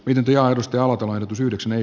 pidempi aidosti alkumenetys yhdeksän ei